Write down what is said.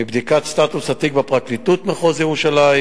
מבדיקת סטטוס התיק בפרקליטות מחוז ירושלים